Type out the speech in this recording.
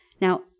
Now